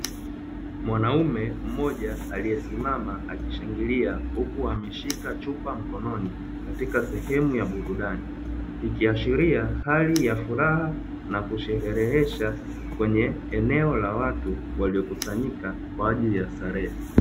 Mwanaume mmoja aliyesimama akishangilia, huku ameshika chupa mkononi katika sehemu ya burudani ikiashiria hali ya furaha, na kusherehesha kwenye eneo la watu waliyokusanyika kwa ajili ya starehe.